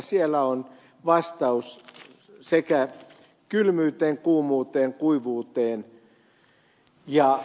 siellä on vastaus sekä kylmyyteen kuumuuteen kuivuuteen